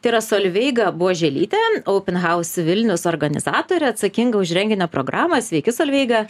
tai yra solveiga buoželytė open house vilnius organizatorė atsakinga už renginio programą sveiki solveiga